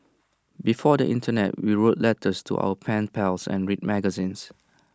before the Internet we wrote letters to our pen pals and read magazines